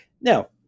Now